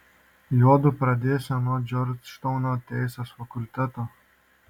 juodu pradėsią nuo džordžtauno teisės fakulteto